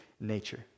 nature